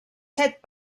set